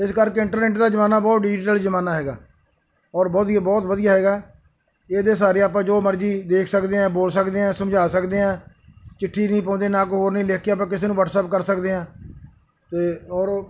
ਇਸ ਕਰਕੇ ਇੰਟਰਨੈਟ ਦਾ ਜ਼ਮਾਨਾ ਬਹੁਤ ਡਿਜੀਟਲ ਜ਼ਮਾਨਾ ਹੈਗਾ ਔਰ ਵਧੀਆ ਬਹੁਤ ਵਧੀਆ ਹੈਗਾ ਇਹਦੇ ਸਹਾਰੇ ਆਪਾਂ ਜੋ ਮਰਜ਼ੀ ਦੇਖ ਸਕਦੇ ਹਾਂ ਬੋਲ ਸਕਦੇ ਹਾਂ ਸਮਝਾ ਸਕਦੇ ਹਾਂ ਚਿੱਠੀ ਨਹੀਂ ਪਾਉਂਦੇ ਨਾ ਕੋਈ ਹੋਰ ਨਹੀਂ ਲਿਖ ਕੇ ਆਪਾਂ ਕਿਸੇ ਨੂੰ ਵਟਸਐਪ ਕਰ ਸਕਦੇ ਹਾਂ ਅਤੇ ਔਰ